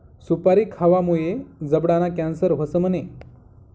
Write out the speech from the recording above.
सुपारी खावामुये जबडाना कॅन्सर व्हस म्हणे?